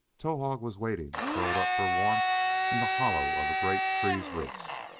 towahg was waiting, curled up for warmth in the hollow of a great tree's roots.